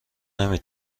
نمی